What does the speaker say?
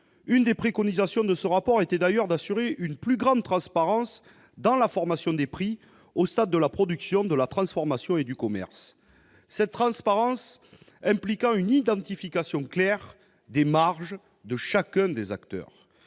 L'une des préconisations du rapport précité était d'ailleurs d'assurer une plus grande transparence dans la formation des prix au stade de la production, de la transformation et du commerce, ce qui implique une identification claire des marges de chacun des acteurs.